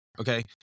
Okay